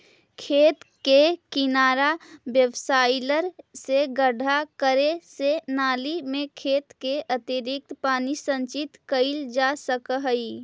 खेत के किनारा सबसॉइलर से गड्ढा करे से नालि में खेत के अतिरिक्त पानी संचित कइल जा सकऽ हई